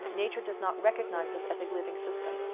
nature does not recognize this as a living system.